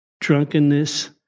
drunkenness